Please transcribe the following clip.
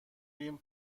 ریم